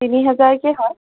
তিনি হেজাৰকৈ হয়